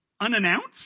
Unannounced